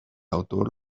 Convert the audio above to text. autor